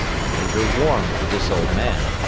and made her warm to this old man,